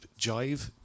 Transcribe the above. Jive